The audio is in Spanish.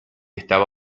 estaba